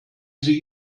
sie